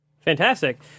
Fantastic